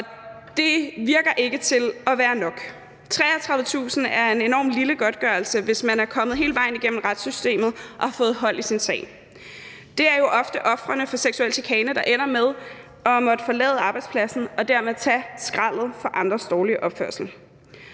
Det virker ikke til at være nok. 33.000 kr. er en enormt lille godtgørelse, hvis man er kommet hele vejen gennem retssystemet og har fået medhold i sin sag. Det er jo ofte ofrene for seksuel chikane, der ender med at måtte forlade arbejdspladsen og dermed tage skraldet for andres dårlige opførsel.